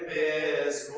is